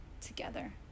together